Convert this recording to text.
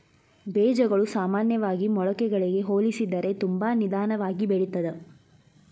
ಬೇಜಗಳು ಸಾಮಾನ್ಯವಾಗಿ ಮೊಳಕೆಗಳಿಗೆ ಹೋಲಿಸಿದರೆ ತುಂಬಾ ನಿಧಾನವಾಗಿ ಬೆಳಿತ್ತದ